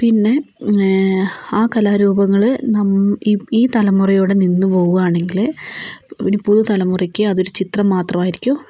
പിന്നെ ആ കലാരൂപങ്ങള് നാമ് ഈ തലമുറയോടെ നിന്ന് പോകുവാണെങ്കില് ഒരു പുതുതലമുറയ്ക്ക് അതൊരു ചിത്രം മാത്രമായിരിക്കും